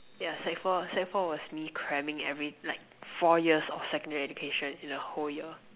yeah sec four sec four was me cramming every like four years of secondary education in a whole year